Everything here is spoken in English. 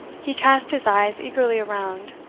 he cast his eyes eagerly around.